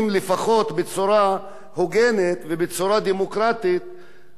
הוגנת ובצורה דמוקרטית בערוצים האלה.